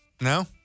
No